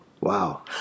Wow